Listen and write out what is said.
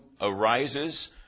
arises